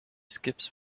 skips